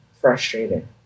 frustrated